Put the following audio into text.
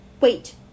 Wait